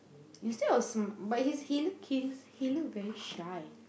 instead of s~ but hs he he look he look very shy